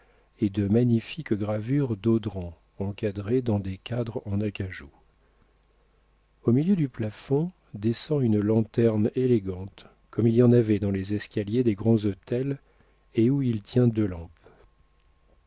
et de magnifiques gravures d'audran encadrées dans des cadres en acajou au milieu du plafond descend une lanterne élégante comme il y en avait dans les escaliers des grands hôtels et où il tient deux lampes